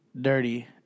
dirty